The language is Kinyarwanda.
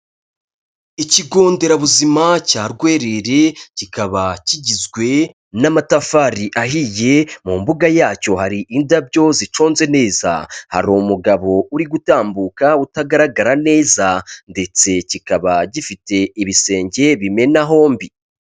Ikigo nderabuzima cya Rwerere, kikaba kigizwe n'amatafari ahiye, mu mbuga yacyo hari indabyo ziconze neza, hari umugabo uri gutambuka utagaragara neza ndetse kikaba gifite ibisenge bimena hombi.